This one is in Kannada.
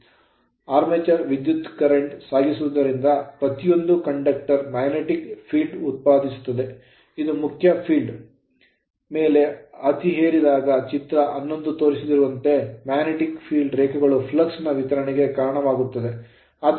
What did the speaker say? Armature ಆರ್ಮೇಚರ್ ವಿದ್ಯುತ್ current ಕರೆಂಟ್ ಸಾಗಿಸುವುದರಿಂದ ಪ್ರತಿಯೊಂದು conductor ವಾಹಕವು magnetic field ಕಾಂತೀಯ ಕ್ಷೇತ್ರವನ್ನು ಉತ್ಪಾದಿಸುತ್ತದೆ ಇದು ಮುಖ್ಯ field ಕ್ಷೇತ್ರದ ಮೇಲೆ ಅತಿಹೇರಿದಾಗ ಚಿತ್ರದಲ್ಲಿ ತೋರಿಸಿರುವಂತೆ magnetic field ಕಾಂತೀಯ ರೇಖೆಗಳ flux ಫ್ಲಕ್ಸ್ ನ ವಿತರಣೆಗೆ ಕಾರಣವಾಗುತ್ತದೆ